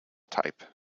type